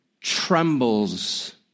trembles